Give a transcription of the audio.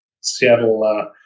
Seattle